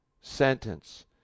sentence